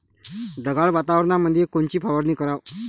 ढगाळ वातावरणामंदी कोनची फवारनी कराव?